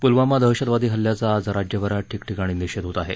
पूलवामा दहशतवादी हल्ल्याचा आज राज्यभरात ठिकठिकाणी निषेध होत आहे